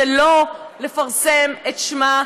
שלא לפרסם את שמה,